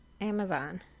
Amazon